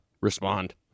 respond